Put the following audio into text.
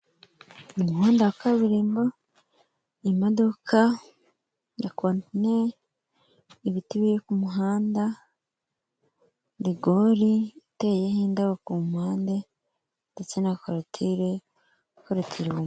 Umuhanda wa kaburimbo, imodoka ya contineri, ibiti biri ku muhanda, rigori iteyeho indabo ku mpande ndetse na korotire ikorotiriwe.